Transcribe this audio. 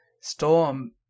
Storm